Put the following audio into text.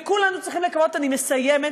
אני מסיימת,